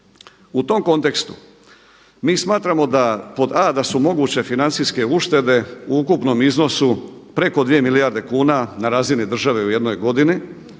U tom kontekstu mi smatramo da pod a) da su moguće financijske uštede u ukupnom iznosu preko 2 milijarde kuna na razini države u jednoj godini,